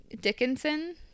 dickinson